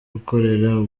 gukorera